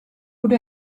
could